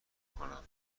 کنم